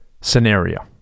scenario